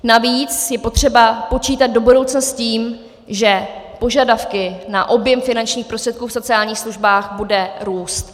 Navíc je potřeba počítat do budoucna s tím, že požadavky na objem finančních prostředků v sociálních službách bude růst.